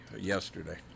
yesterday